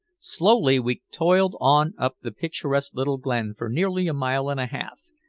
slowly we toiled on up the picturesque little glen for nearly a mile and a half.